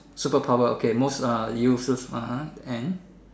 superpower okay most uh useless one and